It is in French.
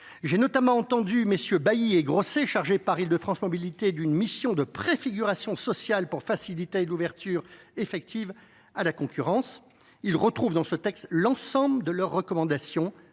J’ai notamment entendu MM. Bailly et Grosset, chargés par Île de France Mobilités d’une mission de préfiguration sociale pour faciliter l’ouverture effective à la concurrence. Ils retrouveront dans ce texte l’ensemble de leurs recommandations